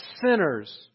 sinners